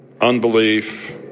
unbelief